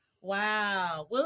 Wow